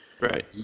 Right